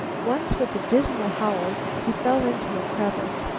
once, with a dismal howl, he fell into a crevice,